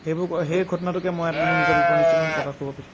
সেইবোৰ সেই ঘটনাটোকে মই মোৰ নিজৰ বিৱৰণি হিচাপে মই প্ৰকাশ কৰিব খুজিছোঁ